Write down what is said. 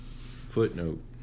footnote